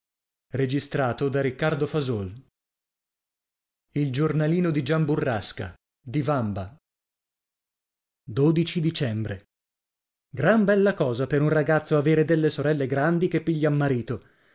e la o e di dicembre gran bella cosa per un ragazzo avere delle sorelle grandi che piglian marito